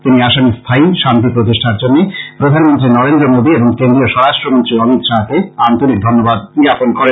তিনি আসামে স্থায়ী শান্তি প্রতিষ্ঠার জন্য প্রধানমন্ত্রী নরেন্দ্র মোদি এবং কেন্দ্রীয় স্বরাষ্ট্রমন্ত্রী অমিত শাহ কে আন্তরিক ধন্যবাদ জ্ঞাপন করেন